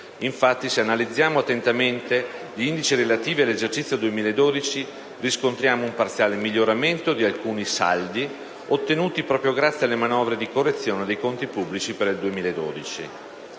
Infatti, se analizziamo attentamente gli indici relativi all'esercizio 2012, riscontriamo un parziale miglioramento di alcuni saldi ottenuti proprio grazie alle manovre di correzione dei conti pubblici per il 2012.